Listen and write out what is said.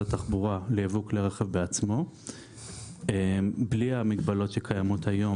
התחבורה ליבוא כלי רכב בעצמו בלי המגבלות שקיימות היום